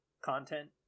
content